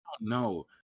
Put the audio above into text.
No